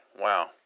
wow